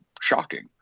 shocking